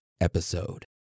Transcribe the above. episode